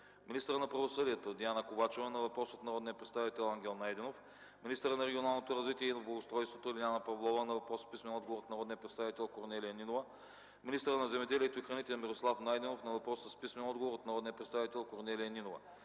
министърът на правосъдието Диана Ковачева на въпрос от народния представител Ангел Найденов; - министърът на регионалното развитие и благоустройството Лиляна Павлова на въпрос с писмен отговор от народния представител Корнелия Нинова; - министърът на земеделието и храните Мирослав Найденов на въпрос с писмен отговор от народния представител Корнелия Нинова;